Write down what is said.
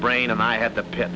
brain and i had the p